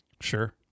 Sure